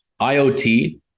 IoT